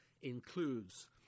includes